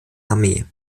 armee